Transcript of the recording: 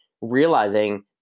realizing